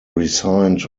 resigned